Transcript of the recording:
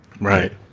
Right